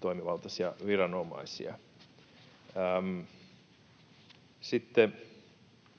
toimivaltaisia viranomaisia. Sitten